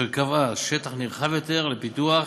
אשר קבעה שטח נרחב יותר לפיתוח,